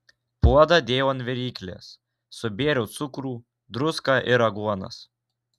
puodą dėjau ant viryklės subėriau cukrų druską ir aguonas